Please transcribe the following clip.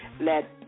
Let